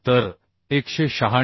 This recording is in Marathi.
तर 196